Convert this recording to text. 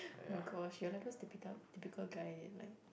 my gosh you're like those typital typical guy that like